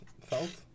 felt